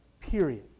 period